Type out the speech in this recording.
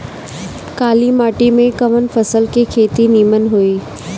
काली माटी में कवन फसल के खेती नीमन होई?